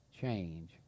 change